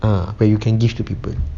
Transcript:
ah where you can give to people